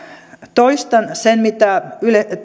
toistan sen mitä